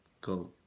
go